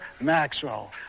Maxwell